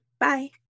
Bye